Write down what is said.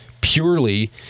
purely